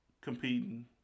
competing